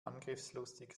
angriffslustig